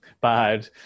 bad